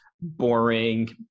boring